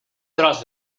tros